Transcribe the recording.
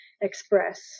express